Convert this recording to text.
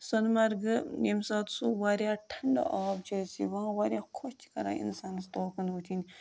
سۄنہٕ مرگہٕ ییٚمہِ ساتہٕ سُہ واریاہ ٹھنٛڈٕ آب چھِ أسۍ یِوان واریاہ خوش چھِ کَران اِنسانَس توکن وٕچھِنۍ